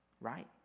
right